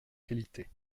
qualité